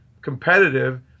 competitive